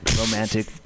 romantic